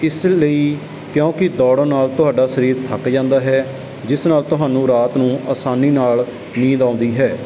ਇਸ ਲਈ ਕਿਉਂਕਿ ਦੌੜਨ ਨਾਲ ਤੁਹਾਡਾ ਸਰੀਰ ਥੱਕ ਜਾਂਦਾ ਹੈ ਜਿਸ ਨਾਲ ਤੁਹਾਨੂੰ ਰਾਤ ਨੂੰ ਆਸਾਨੀ ਨਾਲ ਨੀਂਦ ਆਉਂਦੀ ਹੈ